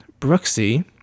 Brooksy